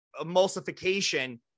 emulsification